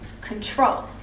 control